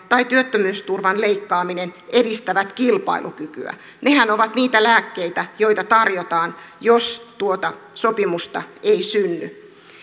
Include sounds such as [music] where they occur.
[unintelligible] tai työttömyysturvan leikkaaminen edistävät kilpailukykyä nehän ovat niitä lääkkeitä joita tarjotaan jos tuota sopimusta ei synny